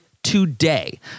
today